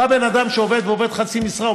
אם בא בן אדם שעובד חצי משרה,